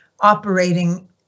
operating